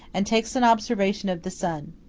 and takes an observation of the sun.